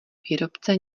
výrobce